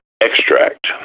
extract